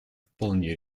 вполне